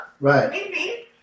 Right